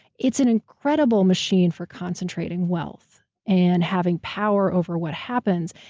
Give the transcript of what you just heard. it's an incredible machine for concentrating wealth and having power over what happens.